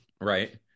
Right